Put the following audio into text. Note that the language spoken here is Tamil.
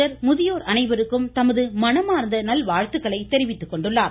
பழனிசாமி முதியோர் அனைவருக்கும் தமது மனமாா்ந்த நல்வாழ்த்துக்களை தெரிவித்துக்கொண்டுள்ளார்